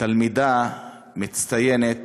תלמידה מצטיינת.